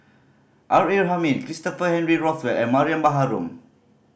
R A Hamid Christopher Henry Rothwell and Mariam Baharom